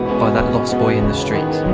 by that lost boy in the street.